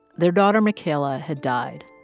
their daughter makayla had died.